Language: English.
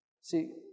See